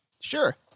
Sure